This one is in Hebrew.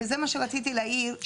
וזה מה שרציתי להעיר,